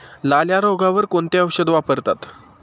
लाल्या रोगावर कोणते औषध वापरतात?